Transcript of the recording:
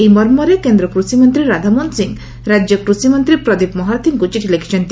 ଏହି ମର୍ମରେ କେନ୍ଦ୍ର କୃଷିମନ୍ତୀ ରାଧାମୋହନ ସିଂହ ରାଜ୍ୟ କୃଷିମନ୍ତୀ ପ୍ରଦୀପ ମହାରଥୀଙ୍କୁ ଚିଠି ଲେଖିଛନ୍ତି